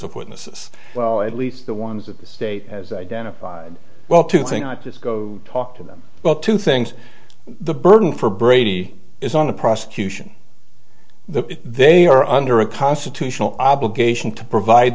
of witnesses well at least the ones that the state as identified well to think not just go talk to them well two things the burden for brady is on the prosecution the they are under a constitutional obligation to provide